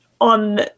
on